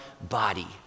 body